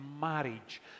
marriage